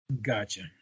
Gotcha